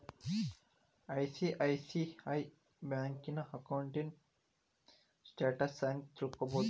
ICICI ಬ್ಯಂಕಿನ ಅಕೌಂಟಿನ್ status ಹೆಂಗ್ ತಿಳ್ಕೊಬೊದು?